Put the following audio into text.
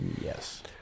Yes